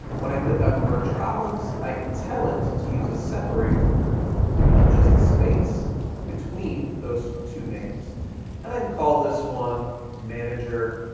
when i click on merge columns, i can tell it to use a separator of just a space between those two names and i can call this one manager